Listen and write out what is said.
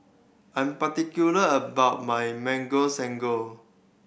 I'm particular about my Mango Sago